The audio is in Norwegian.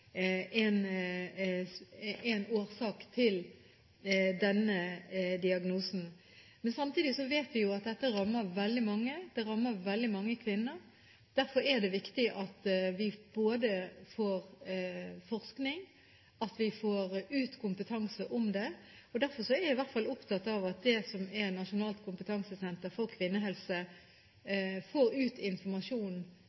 årsak til denne diagnosen. Samtidig vet vi at dette rammer veldig mange, og at det rammer veldig mange kvinner. Derfor er det viktig at vi får både forskning og kompetanse om det. Derfor er jeg i hvert fall opptatt av at Nasjonalt kompetansesenter for kvinnehelse